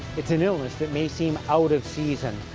it's an illness that may seem out of season.